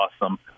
awesome